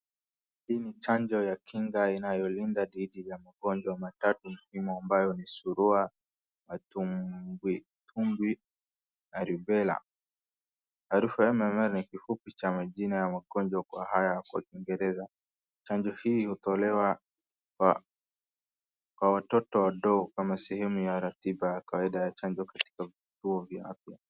Hii ni chanjo ya kinga inayolinda dhidi ya magonjwa matatu muhimu amabyo ni ,surua, matumbiwtumbwi na rubela. MMR ni kifupi ya majina ya magonjwa kwa haya kwa kingereza. Chanjo hii hutolewa kwa watoto wadogo waliosehemu ya ratiba ya chanjo katika vituo vya afya.